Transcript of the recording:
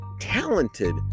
talented